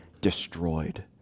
destroyed